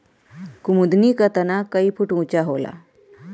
कुमुदनी क तना कई फुट ऊँचा होला